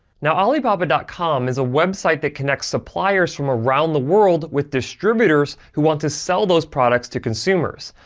now alibaba dot com is a website that connects suppliers from around the world with distributors who want to sell those products to consumers.